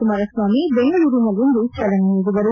ಕುಮಾರಸ್ವಾಮಿ ಬೆಂಗಳೂರಿನಲ್ಲಿಂದು ಚಾಲನೆ ನೀಡಿದರು